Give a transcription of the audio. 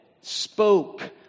spoke